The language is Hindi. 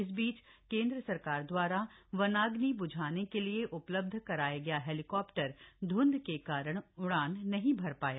इस बीच केंद्र सरकार दवारा वनाग्नि ब्झाने के लिए उपलब्ध कराया गया हेलीकॉप्टर वातावरण में फैली ध्ंध के कारण उड़ान नहीं भर पाया